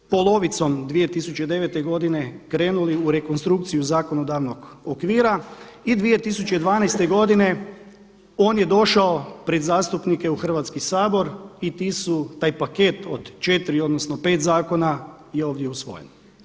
Polovicom 2009. godine krenuli u rekonstrukciju zakonodavnog okvira i 2012. godine on je došao pred zastupnike u Hrvatski sabor i ti su, taj paket od četiri odnosno pet zakona je ovdje usvojen.